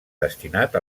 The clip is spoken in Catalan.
destinat